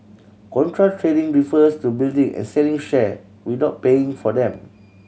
contra trading refers to building and selling share without paying for them